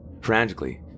Frantically